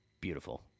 beautiful